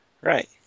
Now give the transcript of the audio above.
Right